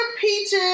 peaches